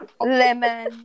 Lemon